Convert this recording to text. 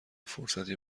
فرصتی